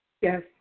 Yes